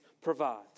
provides